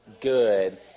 good